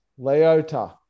Leota